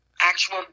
actual